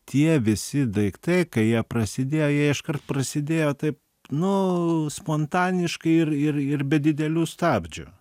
tie visi daiktai kai jie prasidėjo jie iškart prasidėjo taip nu spontaniškai ir ir ir be didelių stabdžių